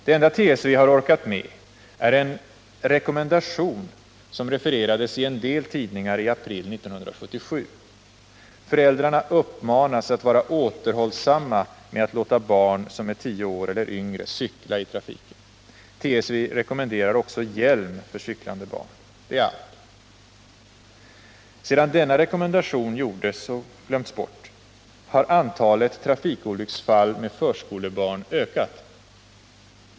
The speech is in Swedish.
Det enda TSV har orkat med är en rekommendation som refererades i en del tidningar i april 1977. Föräldrarna uppmanas att vara återhållsamma med att låta barn som är tio år eller yngre cykla i trafiken. TSV rekommenderar också hjälm för cyklande barn. Det är allt. Sedan denna rekommendation gjordes — och glömts bort — har antalet trafikolycksfall med förskolebarn ökat.